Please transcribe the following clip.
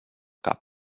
cap